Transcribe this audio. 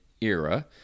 era